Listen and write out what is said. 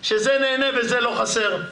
שזה נהנה וזה לא חסר.